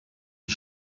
die